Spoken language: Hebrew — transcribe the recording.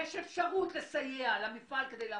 מי שישתלט על תעשיית המלט זה יהיה הייבוא - היום